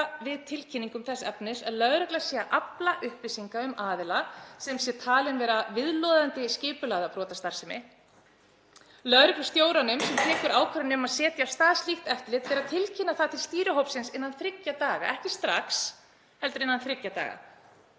við tilkynningum þess efnis að lögregla sé að afla upplýsinga um aðila sem talinn er vera viðloðandi skipulagða brotastarfsemi. Lögreglustjóranum sem tekur ákvörðun um að setja af stað slíkt eftirlit ber að tilkynna það til stýrihópsins innan þriggja daga, ekki strax heldur innan þriggja daga.